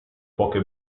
poche